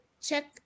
check